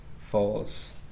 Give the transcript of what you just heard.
false